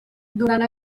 durant